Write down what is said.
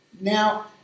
Now